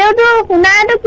and man-made